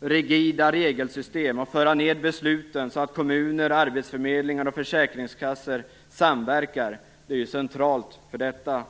rigida regelsystem och föra ned besluten så att kommuner, arbetsförmedlingar och försäkringskassor samverkar är centralt för detta.